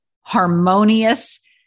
harmonious